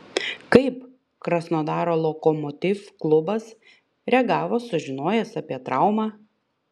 kaip krasnodaro lokomotiv klubas reagavo sužinojęs apie traumą